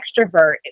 extrovert